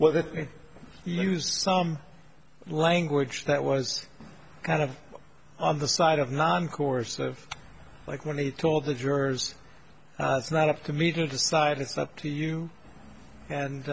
that used some language that was kind of on the side of non coercive like when he told the jurors it's not up to me to decide it's up to you and